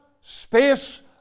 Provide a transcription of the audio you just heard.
space